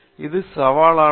இது சவாலானது